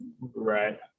Right